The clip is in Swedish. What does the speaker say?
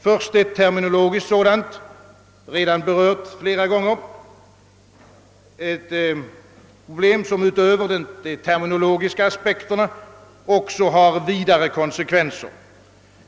Först ett terminologiskt sådant, redan berört flera gånger — ett problem som utöver de terminologiska aspekterna också har vidare konsekvenser.